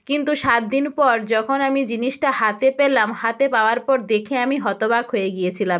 কিন্তু সাত দিন পর যখন আমি জিনিসটা হাতে পেলাম হাতে পাওয়ার পর দেখে আমি হতবাক হয়ে গিয়েছিলাম